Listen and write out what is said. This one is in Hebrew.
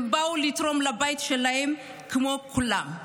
הם באו לתרום לבית שלהם כמו כולם.